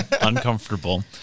Uncomfortable